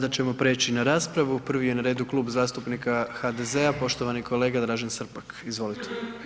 Sada ćemo prijeći na raspravu, prvi je na redu Klub zastupnika HDZ-a, poštovani kolega Dražen Srpak, izvolite.